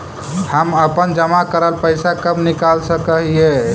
हम अपन जमा करल पैसा कब निकाल सक हिय?